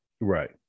Right